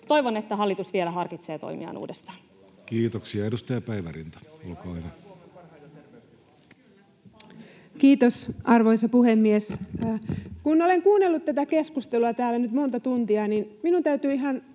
Toivon, että hallitus vielä harkitsee toimiaan uudestaan. Kiitoksia. — Edustaja Päivärinta, olkaa hyvä. Kiitos, arvoisa puhemies! Kun olen kuunnellut tätä keskustelua täällä nyt monta tuntia, niin minun täytyy ihan